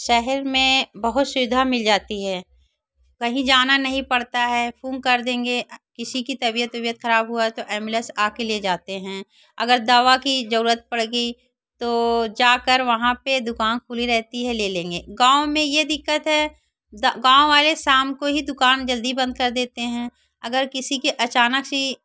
शहर में बहुत सुविधा मिल जाती है कहीं जाना नहीं पड़ता है फोन कर देंगे किसी की तबीयत वबीयत ख़राब हुआ तो एम्बुलेंस आकर ले जाते हैं अगर दवा की ज़रूरत पड़ गई तो जाकर वहाँ पर दुकान खुली रहती है ले लेंगे गाँव में यह दिक़्क़त है गाँव वाले शाम को ही दुकान जल्दी बंद कर देते हैं अगर किसी के अचानक ही